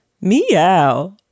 Meow